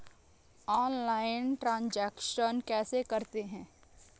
Online transaction कैसे करते हैं?